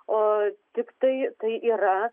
o tiktai tai yra